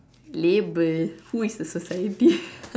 label who is the society